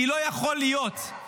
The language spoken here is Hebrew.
כי לא יכול להיות,